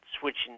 switching